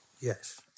Yes